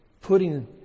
putting